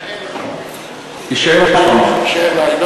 יישארו לה 700. יישארו לה 700. יישאר לה.